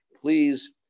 Please